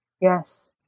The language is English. Yes